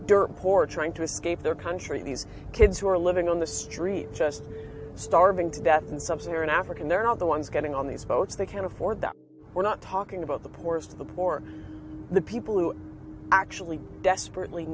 dirt poor trying to escape their country these kids who are living on the streets just starving to death in sub saharan african they're not the ones getting on these boats they can't afford that we're not talking about the poorest of the poor the people who actually desperately